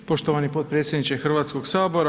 Poštovani potpredsjedniče Hrvatskog sabora.